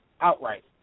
outright